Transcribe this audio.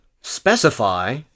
Specify